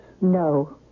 No